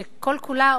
שכל כולה,